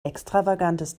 extravagantes